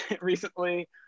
recently